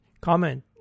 Comment